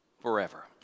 forever